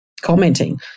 commenting